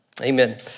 Amen